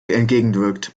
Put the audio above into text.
entgegenwirkt